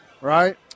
Right